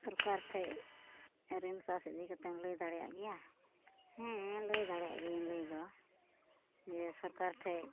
ᱥᱚᱨᱠᱟᱨᱴᱷᱮᱱ ᱨᱤᱱ ᱯᱟᱥ ᱤᱫᱤ ᱠᱟᱛᱮᱢ ᱞᱟᱹᱭ ᱫᱟᱲᱮᱭᱟᱜ ᱜᱮᱭᱟ ᱦᱮᱸ ᱞᱟᱹᱭ ᱫᱟᱲᱮᱭᱟᱜ ᱜᱤᱭᱟᱹᱧ ᱞᱟᱹᱭ ᱫᱚ ᱡᱮ ᱥᱚᱨᱠᱟᱨ ᱴᱷᱮᱱ